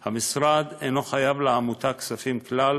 המשרד אינו חייב לעמותה כספים כלל,